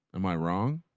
am i wrong?